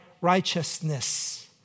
righteousness